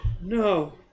No